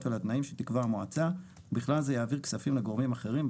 ולתנאים שתקבע המועצה ובכלל זה יעביר כספים לגורמים אחרים,